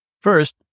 First